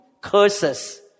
curses